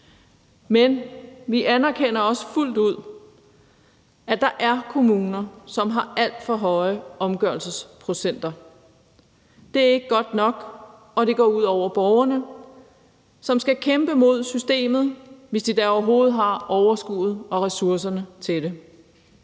Men vi anerkender også, at der er kommuner, som har alt for høje omgørelsesprocenter. Det er ikke godt nok, og det går ud over borgerne, som skal kæmpe mod systemet, hvis de da overhovedet har overskuddet og ressourcerne til det.